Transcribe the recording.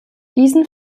diesen